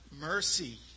mercy